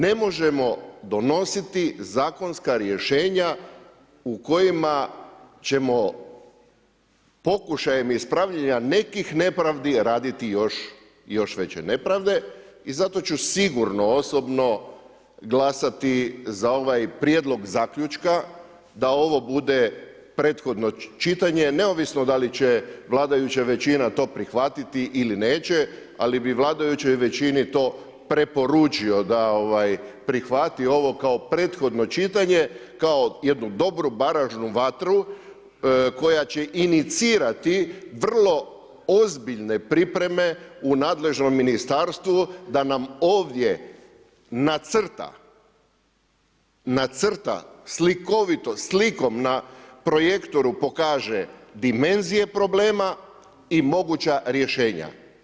Ne možemo donositi zakonska rješenje u kojima ćemo pokušajem ispravljanja nekih nepravdi raditi još veće nepravde i zato ću sigurno osobno glasati za ovaj prijedlog zaključka da ovo bude prethodno čitanje, neovisno da li će vladajuća većina to prihvatiti li neće, ali bi vladajućoj većini to preporučio, da ovaj prihvati ovo kao prethodno čitanje, kao jednu dobru baražnu vatru koja će inicirati vrlo ozbiljne pripreme u nadležnom ministarstvu da nam ovdje nacrta slikovito, slikom na projektoru pokaže dimenzije problema i moguća rješenja.